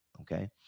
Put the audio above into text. Okay